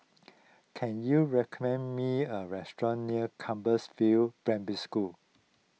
can you recommend me a restaurant near Compassvale Primary School